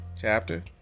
chapter